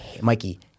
Mikey